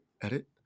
Edit